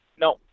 No